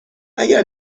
اگر